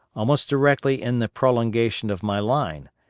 almost directly in the prolongation of my line,